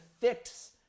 fix